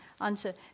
answer